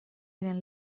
diren